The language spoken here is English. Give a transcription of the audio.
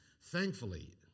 Thankfully